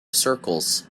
circles